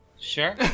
sure